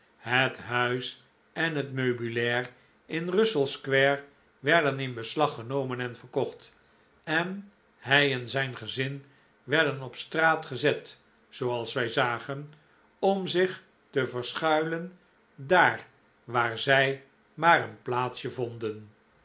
het huis en het meubilair in russell square werden in beslag genomen en verkocht en hij en zijn gezin werden op straat gezet zooals wij zagen om zich te verschuilen daar waar zij maar een